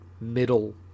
middle